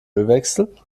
ölwechsel